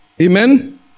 amen